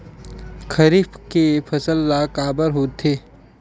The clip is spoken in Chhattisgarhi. खरीफ के फसल ला काबर बोथे?